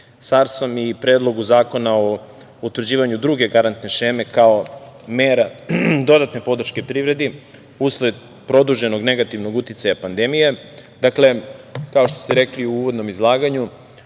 Sarsom i Predlogu zakona o utvrđivanju druge garantne šeme kao mera dodatne podrške privredi usled produženog negativnog uticaja pandemije. Dakle, kao što ste rekli u uvodnom izlaganju